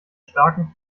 starken